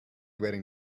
waiting